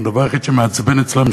הדבר היחיד שמעצבן אצלם,